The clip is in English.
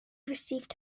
received